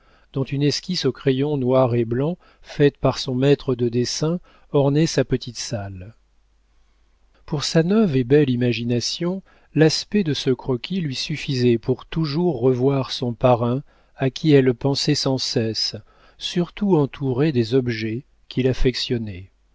dont une esquisse au crayon noir et blanc faite par son maître de dessin ornait sa petite salle pour sa neuve et belle imagination l'aspect de ce croquis lui suffisait pour toujours revoir son parrain à qui elle pensait sans cesse surtout entourée des objets qu'il affectionnait